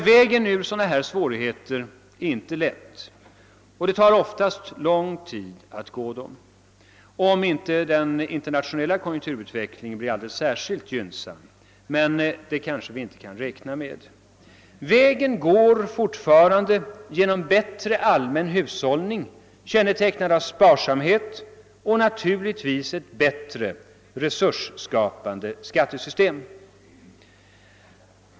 Vägen ur sådana svårigheter är inte lätt och den tar oftast lång tid att gå, om inte den internationella konjunkturutvecklingen blir alldeles särskilt gynnsam, men det kan vi kanske inte räkna med. Vägen går fortfarande genom bättre allmän hushållning, kännetecknad av sparsamhet, och naturligtvis ett bättre resursskapande skattesystem.